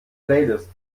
playlist